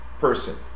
person